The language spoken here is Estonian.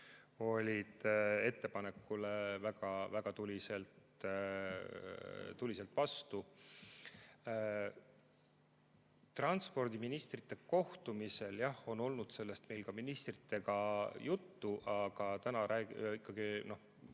olid ettepanekule väga tuliselt vastu. Transpordiministrite kohtumisel on jah olnud meil sellest ministritega juttu, aga praegu ikkagi